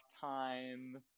time